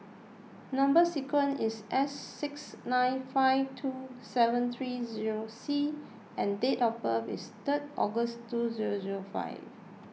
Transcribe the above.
Number Sequence is S six nine five two seven three zero C and date of birth is third August two zero zero five